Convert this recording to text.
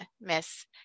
miss